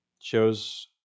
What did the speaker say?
shows